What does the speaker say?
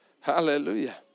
hallelujah